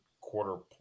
quarter